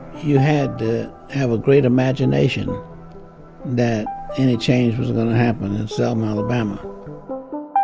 you had to have a great imagination that any change was going to happen in selma, ala um ah